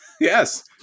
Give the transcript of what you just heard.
yes